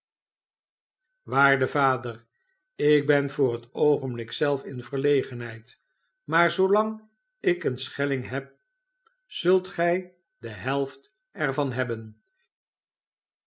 waarde vader ik ben voor het oogenblik zelf in verlegenheid maar zoolang ik een schelling heb zult gij de helft er van hebben